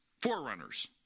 forerunners